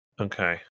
Okay